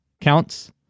counts